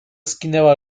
skinęła